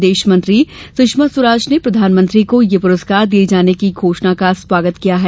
विदेश मंत्री सुषमा स्वराज ने प्रधानमंत्री को यह पुरस्कार दिये जाने की घोषणा का स्वागत किया है